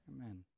Amen